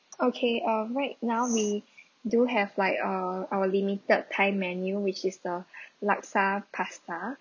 okay uh right now we do have like uh our limited time menu which is the laksa pasta